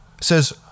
says